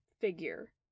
figure